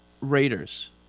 Raiders